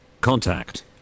Contact